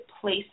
place